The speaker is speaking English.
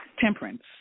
Temperance